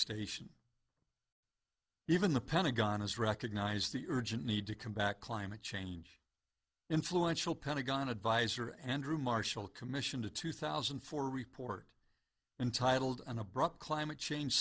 station even the pentagon has recognized the urgent need to combat climate change influential pentagon advisor andrew marshall commission the two thousand and four report entitled an abrupt climate change